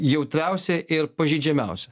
jautriausia ir pažeidžiamiausia